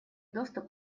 доступ